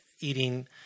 eating